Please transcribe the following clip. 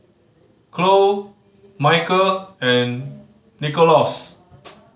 Cloe Michel and Nicholaus